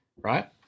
right